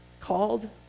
called